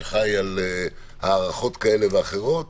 שחי על הערכות כאלה ואחרות.